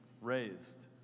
raised